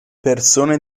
persone